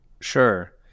Sure